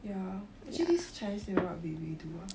ya actually this chinese new year what did we do ah